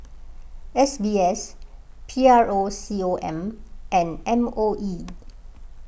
S B S P R O C O M and M O E